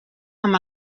amb